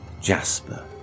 Jasper